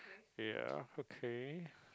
ya okay